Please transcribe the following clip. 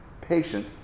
patient